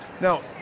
Now